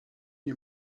nie